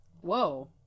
whoa